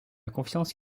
confiance